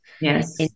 Yes